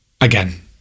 again